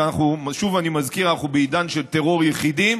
שוב אני מזכיר: אנחנו בעידן של טרור יחידים,